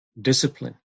discipline